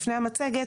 לפני המצגת,